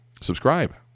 subscribe